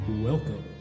Welcome